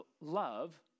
love